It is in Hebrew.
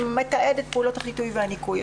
הוא מתעד את פעולות החיטוי והניקוי.